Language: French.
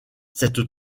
cette